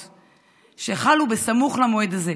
שחלו סמוך ליום זה: